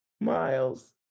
Miles